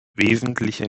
wesentliche